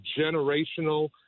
generational